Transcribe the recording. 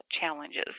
challenges